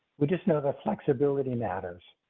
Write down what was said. we just know that flexibility matters,